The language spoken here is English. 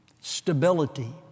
stability